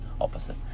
opposite